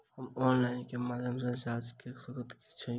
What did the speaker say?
हम ऑनलाइन केँ माध्यम सँ रिचार्ज कऽ सकैत छी की?